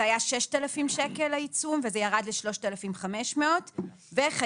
סכום העיצום היה 6,000 שקלים והוא ירד ל-3,500 וסכום העיצום